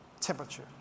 temperature